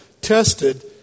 tested